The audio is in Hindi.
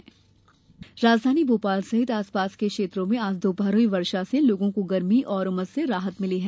मौसम राजधानी भोपाल सहित आसपास क्षेत्रों में आज दोपहर हुई बारिश से लोगों को गर्मी और उमस से राहत मिली है